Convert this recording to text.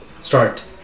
start